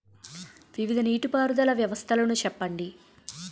వివిధ నీటి పారుదల వ్యవస్థలను చెప్పండి?